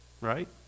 right